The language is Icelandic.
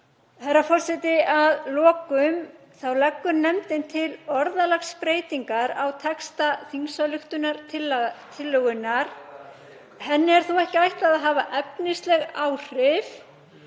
Herra forseti. Að lokum leggur nefndin til orðalagsbreytingar á texta þingsályktunartillögunnar. Henni er ekki ætlað að hafa efnisleg áhrif